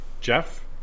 Jeff